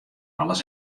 alles